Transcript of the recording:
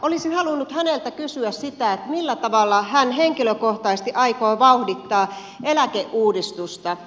olisin halunnut häneltä kysyä sitä millä tavalla hän henkilökohtaisesti aikoo vauhdittaa eläkeuudistusta